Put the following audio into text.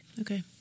Okay